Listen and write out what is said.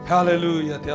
Hallelujah